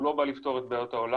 הוא לא בא לפתור את בעיות העולם,